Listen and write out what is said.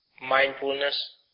mindfulness